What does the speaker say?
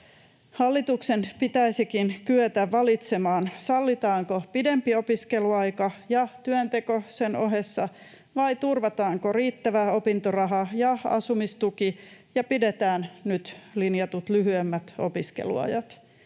Hallituksen pitäisikin kyetä valitsemaan, sallitaanko pidempi opiskeluaika ja työnteko sen ohessa vai turvataanko riittävä opintoraha ja asumistuki ja pidetään nyt linjatut lyhyemmät opiskeluajat.